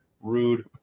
Rude